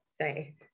say